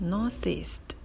Northeast